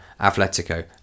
Atletico